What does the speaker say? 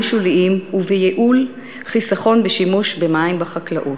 שוליים ובייעול חיסכון בשימוש במים בחקלאות.